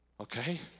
Okay